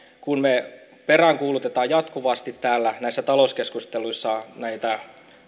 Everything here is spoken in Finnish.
kun me peräänkuulutamme jatkuvasti täällä näissä talouskeskusteluissa näitä